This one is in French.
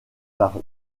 par